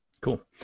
Cool